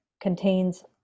contains